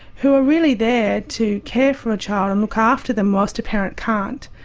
who are really there to care for a child and look after them whilst a parent can't?